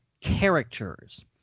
characters